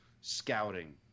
scouting